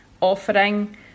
offering